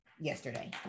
yesterday